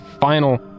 final